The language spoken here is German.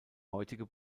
heutige